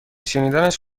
شنیدنش